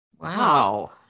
Wow